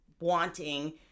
wanting